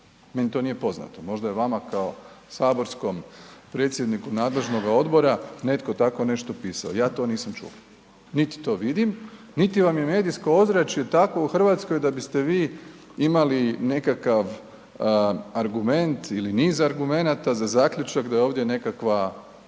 meni to nije poznato. Možda je vama kao saborskom predsjedniku nadležnoga odbora netko tako nešto pisao, ja to nisam čuo, niti to vidim, niti vam je medijsko ozračje takvo u Hrvatskoj da biste vi imali nekakav argument ili niz argumenata za zaključak da je ovdje nekakva